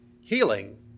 healing